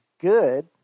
good